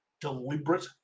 deliberate